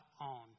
on